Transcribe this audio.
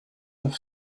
have